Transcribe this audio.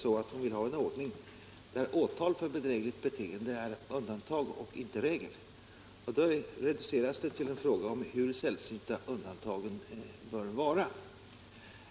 Fru Kristensson vill ha en ordning där åtal för bedrägligt beteende är undantag och inte regel. Då reduceras det hela till en fråga om hur sällsynta undantagen bör vara.